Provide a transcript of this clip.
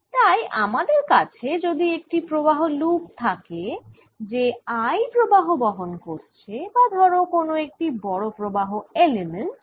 তাই আমাদের কাছে যদি একটি প্রবাহ লুপ থাকে যে I প্রবাহ বহন করছে বা ধরো কোন একটি বড় প্রবাহ এলিমেন্ট